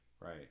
right